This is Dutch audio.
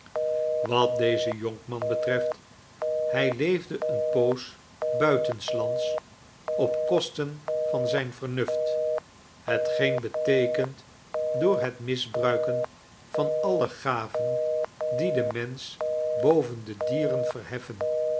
wat dezen jonkman betreft hij leefde eene poos buitenslands op kosten van zijn vernuft hetgeen beteekent door het misbruiken van alle gaven die den mensch boven de dieren verheffen